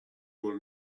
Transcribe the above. will